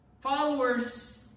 followers